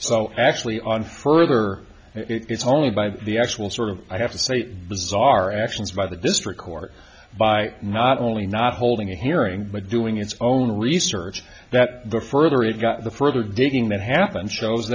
so actually on further it's only by the actual sort of i have to say bizarre actions by the district court by not only not holding a hearing but doing its own research that the further it got the further digging that happened shows